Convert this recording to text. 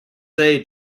say